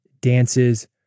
dances